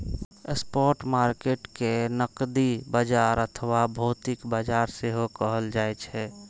spot market कें नकदी बाजार अथवा भौतिक बाजार सेहो कहल जाइ छै